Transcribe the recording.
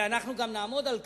ואנחנו גם נעמוד על כך.